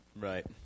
Right